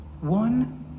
One